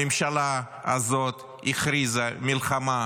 הממשלה הזאת הכריזה מלחמה